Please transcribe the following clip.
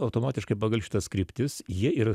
automatiškai pagal šitas kryptis jie ir